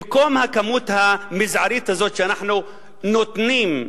במקום הכמות המזערית הזאת שאנחנו נותנים,